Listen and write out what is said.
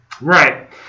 right